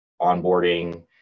onboarding